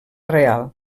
real